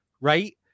Right